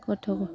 गथ'